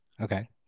Okay